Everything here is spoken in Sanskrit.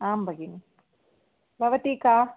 आं भगिनि भवती का